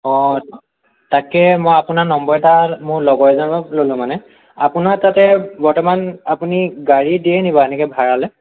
অ' তাকে মই আপোনাৰ নম্বৰ এটা মোৰ লগৰ এজনৰ ল'লো মানে আপোনাৰ তাতে বৰ্তমান আপুনি গাড়ী দিয়েনি বাও সেনেকৈ ভাড়ালৈ